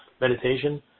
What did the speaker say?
meditation